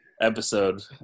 episode